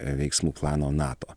veiksmų plano nato